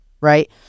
right